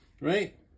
Right